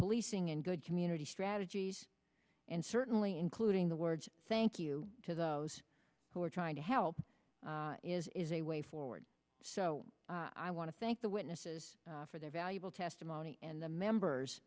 policing and good community strategies and certainly including the words thank you to those who are trying to help is a way forward so i want to thank the witnesses for their valuable testimony and the members